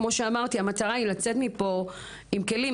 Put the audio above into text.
כמו שאמרתי המטרה לצאת מפה עם כלים,